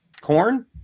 corn